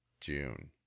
June